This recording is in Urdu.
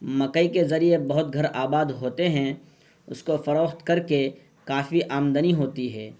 مکئی کے ذریعے بہت گھر آباد ہوتے ہیں اس کو فروخت کر کے کافی آمدنی ہوتی ہے